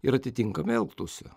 ir atitinkamai elgtųsi